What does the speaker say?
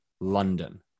London